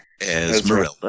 Esmeralda